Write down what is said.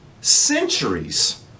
centuries